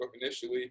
initially